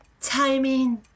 timing